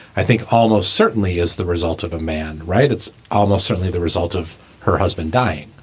i think almost certainly is the result of a man, right? it's almost certainly the result of her husband dying.